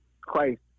Christ